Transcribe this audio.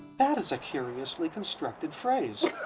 that is a curiously constructed phrase